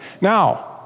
Now